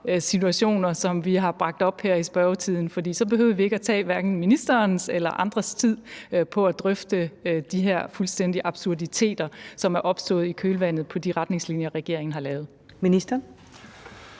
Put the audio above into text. situationer, som vi har bragt op her i spørgetiden, for så behøvede vi ikke at tage hverken ministerens eller andres tid til at drøfte de her fuldstændige absurditeter, som er opstået i kølvandet på de retningslinjer, regeringen har lavet. Kl.